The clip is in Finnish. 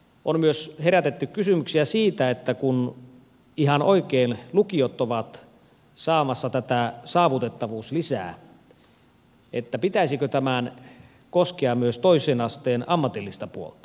on myös herätetty kysymyksiä siitä että kun lukiot ihan oikein ovat saamassa tätä saavutettavuuslisää niin pitäisikö tämän koskea myös toisen asteen ammatillista puolta